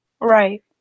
Right